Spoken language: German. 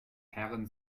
herrn